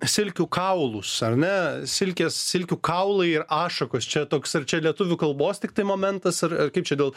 silkių kaulus ar ne silkės silkių kaulai ir ašakos čia toks ar čia lietuvių kalbos tiktai momentas ar kaip čia dėl